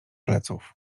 pleców